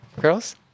girls